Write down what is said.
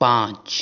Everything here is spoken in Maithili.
पाँच